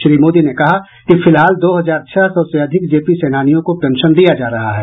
श्री मोदी ने कहा कि फिलहाल दो हजार छह सौ से अधिक जेपी सेनानियों को पेंशन दिया जा रहा है